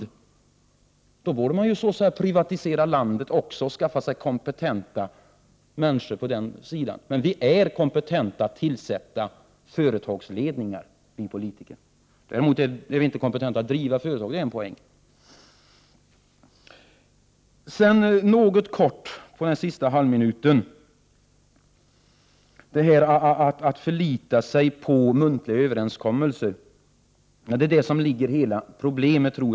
Om vi inte har den kompetensen borde man ju så att säga privatisera landet också och skaffa sig kompetenta människor för den sidan. Men vi politiker är kompetenta att tillsätta företagsledningar. Däremot är vi inte kompetenta att driva företag — det är en poäng. Helt kort under den sista halvminuten av min taletid: Att förlita sig på muntliga överenskommelser — däri tror jag hela problemet ligger.